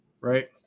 right